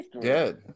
dead